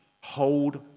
Hold